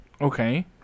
Okay